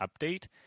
update